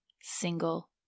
single